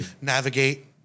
navigate